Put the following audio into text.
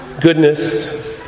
Goodness